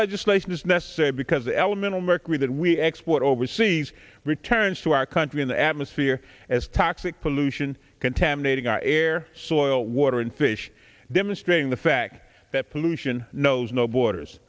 legislation is necessary because the elemental mercury that we export overseas returns to our country in the atmosphere as toxic pollution contaminating our air soil water and fish demonstrating the fact that pollution knows no borders